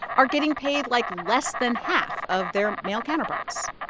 are getting paid, like, less than half of their male counterparts.